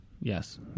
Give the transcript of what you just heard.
Yes